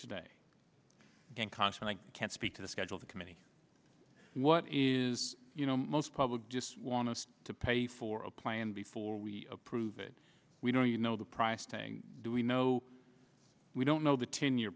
today in concert i can't speak to the schedule the committee what is you know most public just want us to pay for a plan before we approve it we know you know the price thing do we know we don't know the ten year